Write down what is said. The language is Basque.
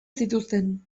zituzten